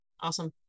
Awesome